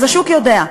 אז השוק יודע.